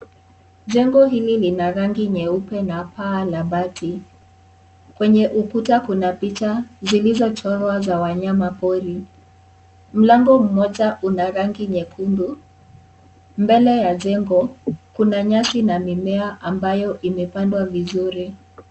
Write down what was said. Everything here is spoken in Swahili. Jengo hili lina rangi nyeupe na paa la bati, kwenye ukuta kuna picha, zilizo chorwa za wanyama pori, mlango mmoja una rangi nyekundu, mbele ya jengo, kuna nyasi na mimea ambayo imepandwa vizuri.